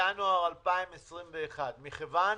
מינואר 2021. מכיוון